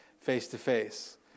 face-to-face